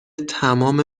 تمام